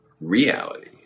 reality